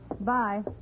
Bye